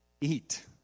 eat